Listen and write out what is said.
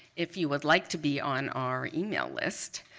if you would like to be on our email list,